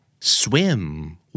Swim